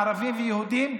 ערבים ויהודים,